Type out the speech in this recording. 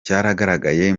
cyagaragaye